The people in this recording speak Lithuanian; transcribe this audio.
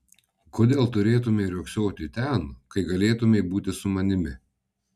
kodėl turėtumei riogsoti ten kai galėtumei būti su manimi